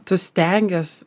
tu stengies